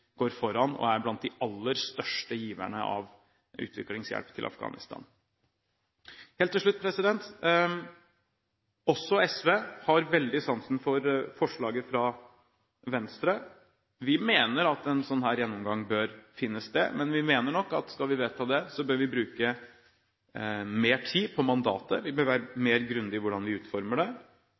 går foran og er blant de aller største giverne av utviklingshjelp til Afghanistan. Helt til slutt: Også SV har veldig sansen for forslaget fra Venstre. Vi mener at en slik gjennomgang bør finne sted, men vi mener nok at skal vi vedta det, bør vi bruke mer tid på mandatet, og vi bør være mer grundig i hvordan vi utformer det.